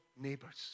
neighbors